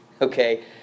Okay